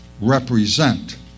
represent